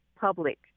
public